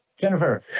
Jennifer